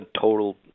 total